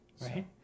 Right